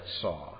saw